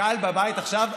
הקהל בבית עכשיו,